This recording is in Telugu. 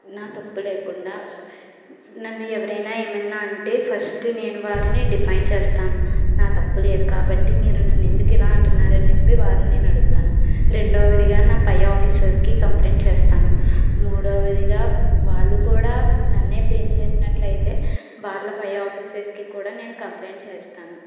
నా తప్పు లేకుండా నన్ను ఎవరైనా ఏమైనా అంటే ఫస్ట్ నేను వారిని డిఫైన్ చేస్తాను నా తప్పు లేదు కాబట్టి మీరు నన్ను ఎందుకు ఇలా అంటున్నారు అని చెప్పి వారిని నేను అడుగుతాను రెండోవదిగా నా పై ఆఫీసర్కి కంప్లైంట్ చేస్తాను మూడవదిగా వాళ్ళు కూడా నన్నే బ్లేమ్ చేసినట్లయితే వాళ్ళ పై ఆఫీసర్స్కి కూడా నేను కంప్లైంట్ చేస్తాను